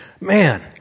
Man